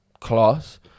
class